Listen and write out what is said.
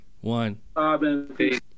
One